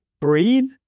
breathe